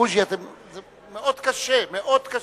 בוז'י, מאוד קשה.